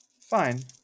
Fine